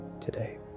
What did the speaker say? today